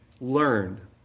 learn